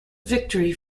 victory